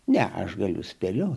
ne aš galiu spėlioti